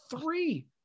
three